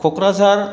Kokrajhar